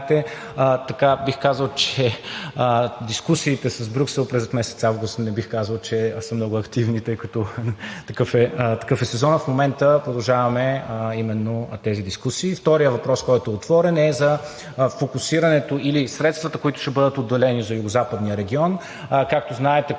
Както знаете, дискусиите с Брюксел през месец август не бих казал, че са много активни, тъй като такъв е сезонът. В момента продължаваме именно тези дискусии. Вторият въпрос, който е отворен, е за фокусирането или средствата, които ще бъдат отделени за Югозападния регион. Както знаете,